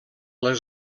les